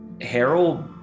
Harold